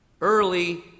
early